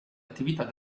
attività